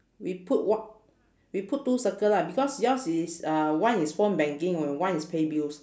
we put one we put two circle lah because yours is uh one is phone banking and one is pay bills